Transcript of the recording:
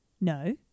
no